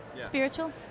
Spiritual